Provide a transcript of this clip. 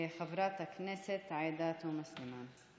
חברת הכנסת, עאידה תומא סלימאן.